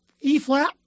E-flat